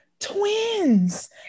twins